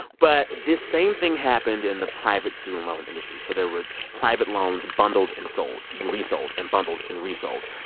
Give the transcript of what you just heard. but this same thing happened in the private student loan industry. so there were private loans bundled and sold and resold and bundled and resold.